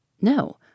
No